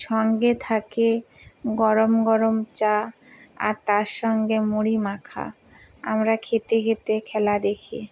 সঙ্গে থাকে গরম গরম চা আর তার সঙ্গে মুড়ি মাখা আমরা খেতে খেতে খেলা দেখি